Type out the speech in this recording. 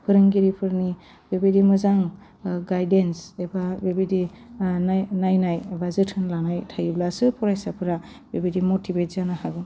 फोरोंगिरिफोरनि बेबायदि मोजां गाइदेन्स एबा बेबायदि नाय नायनाय एबा जोथोन लानाय थायोब्लासो फरायसाफ्रा बेबायदि मटिबेद जानो हागोन